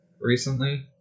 recently